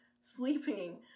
sleeping